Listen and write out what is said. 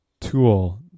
tool